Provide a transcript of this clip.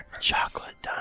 chocolate